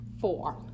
Four